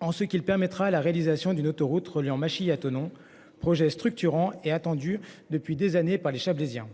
En ce qui permettra la réalisation d'une autoroute reliant à Thonon projets structurants est attendu depuis des années par les Chablaisiens.